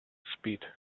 speed